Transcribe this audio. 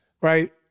right